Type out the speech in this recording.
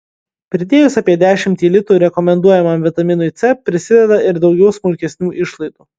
pridėjus apie dešimtį litų rekomenduojamam vitaminui c prisideda ir daugiau smulkesnių išlaidų